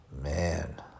man